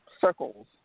circles